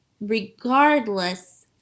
regardless